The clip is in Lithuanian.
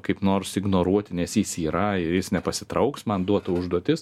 kaip nors ignoruoti nes jis yra ir jis nepasitrauks man duota užduotis